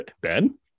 Ben